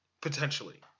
Potentially